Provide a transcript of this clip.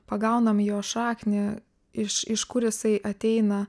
pagaunam jo šaknį iš iš kur jisai ateina